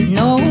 no